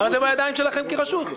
הרי זה בידיים שלכם כרשות.